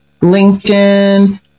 LinkedIn